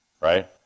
Right